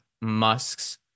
Musk's